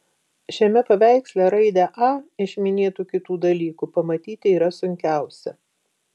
šiame paveiksle raidę a iš minėtų kitų dalykų pamatyti yra sunkiausia